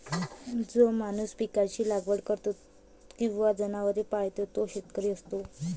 जो माणूस पिकांची लागवड करतो किंवा जनावरे पाळतो तो शेतकरी असतो